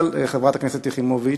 אבל, חברת הכנסת יחימוביץ,